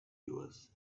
yours